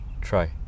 try